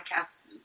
podcasts